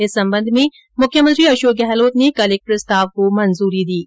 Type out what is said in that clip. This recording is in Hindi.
इस संबंध में मुख्यमंत्री अशोक गहलोत ने कल एक प्रस्ताव को मंजूरी दे दी हैं